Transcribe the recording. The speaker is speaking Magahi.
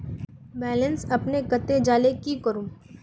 बैलेंस अपने कते जाले की करूम?